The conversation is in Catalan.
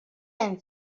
hem